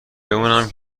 بمونم